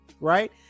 Right